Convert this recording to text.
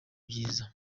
byiza